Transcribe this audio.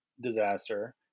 disaster